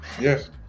yes